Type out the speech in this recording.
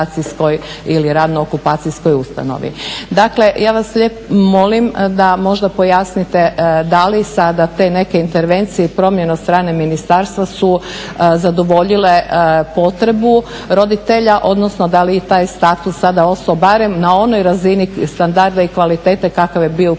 Dakle, ja vas lijepo molim da možda pojasnite da li sada te neke intervencije i promjene od strane ministarstva su zadovoljile potrebu roditelja, odnosno da li je taj status sada ostao barem na onoj razini standarda i kvalitete kakav je bio u prijašnjem